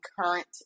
current